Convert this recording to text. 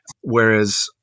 Whereas